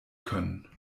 können